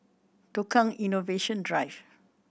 Tukang Innovation Drive